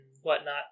whatnot